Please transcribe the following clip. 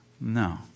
No